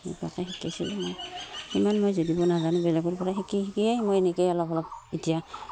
সেনেকুৱাকৈ শিকিছিলোঁ মই ইমান মই নাজানো বেলেগৰপৰা শিকি শিকিয়েই মই এনেকৈয়ে অলপ অলপ এতিয়া